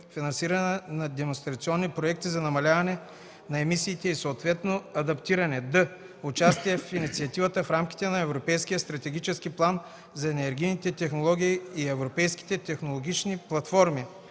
финансиране на демонстрационни проекти за намаляване на емисиите и съответно адаптиране; д) участие в инициативи в рамките на Европейския стратегически план за енергийните технологии и Европейските технологични платформи;